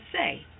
say